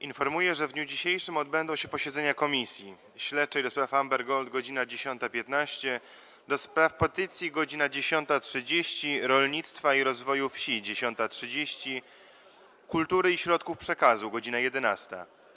Informuję, że w dniu dzisiejszym odbędą się posiedzenia Komisji: - Śledczej do spraw Amber Gold - godz. 10.15, - do Spraw Petycji - godz. 10.30, - Rolnictwa i Rozwoju Wsi - godz. 10.30, - Kultury i Środków Przekazu - godz. 11,